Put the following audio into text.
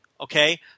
okay